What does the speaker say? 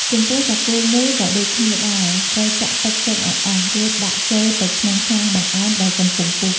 ចំពោះសាគូមូលក៏ដូចគ្នាដែរ ត្រូវចាក់ទឹកចេញឱ្យអស់ រួចដាក់ចូលទៅក្នុងឆ្នាំងបង្អែមដែលកំពុងពុះ។